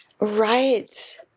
Right